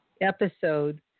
episode